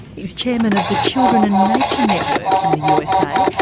he's chairman of the children and nature network in the usa,